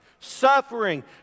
suffering